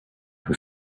who